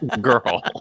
Girl